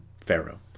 pharaoh